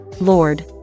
Lord